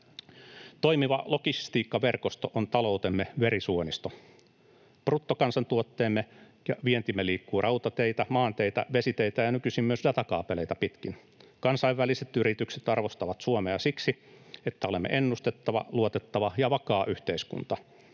Toimiva logistiikkaverkosto on taloutemme verisuonisto. Bruttokansantuotteemme ja vientimme liikkuvat rautateitä, maanteitä, vesiteitä ja nykyisin myös datakaapeleita pitkin. Kansainväliset yritykset arvostavat Suomea siksi, että olemme ennustettava, luotettava ja vakaa yhteiskunta.